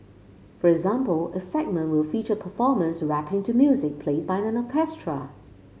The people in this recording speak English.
for example a segment will feature performers rapping to music played by an orchestra